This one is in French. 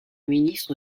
ministre